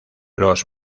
los